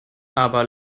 aber